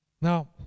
Now